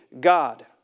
God